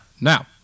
now